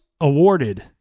awarded